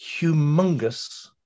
humongous